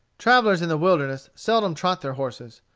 travellers in the wilderness seldom trot their horses.